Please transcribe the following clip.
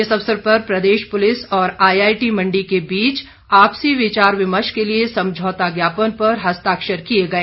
इस अवसर पर प्रदेश पुलिस और आईआईटी मंडी के बीच आपसी विचार विमर्श के लिए समझौता ज्ञापन पर हस्ताक्षर किए गए